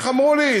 איך אמרו לי?